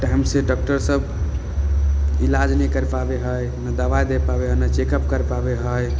time से doctor सब इलाज नहि कैरि पाबै हइ ने दबाइ दे पाबै हइ ने चेक अप कैरि पाबै हइ